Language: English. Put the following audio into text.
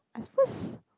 at first